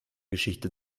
geschichte